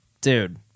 Dude